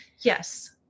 Yes